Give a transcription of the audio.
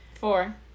four